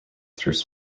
through